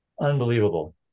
unbelievable